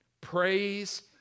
Praise